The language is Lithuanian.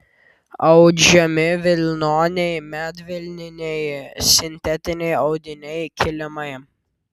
audžiami vilnoniai medvilniniai sintetiniai audiniai kilimai